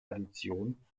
addition